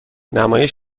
نمایش